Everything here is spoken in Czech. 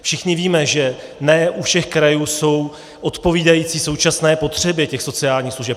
Všichni víme, že ne u všech krajů jsou odpovídající současné potřeby sociálních služeb.